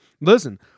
listen